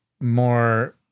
more